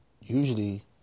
usually